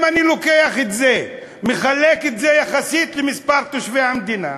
אם אני לוקח את זה ומחלק את זה יחסית למספר תושבי המדינה,